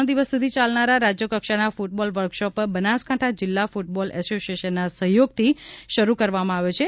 ત્રણ દિવસ સુધી ચાલનારા રાજ્યકક્ષાના ફૂટબોલ વર્કશોપ બનાસકાંઠા જિલ્લા ફૂટબોલ એસોસિએશનના સહયોગથી શરૂ કરવામાં આવ્યો છે